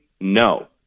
No